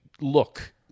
look